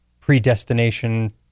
predestination